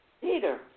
Peter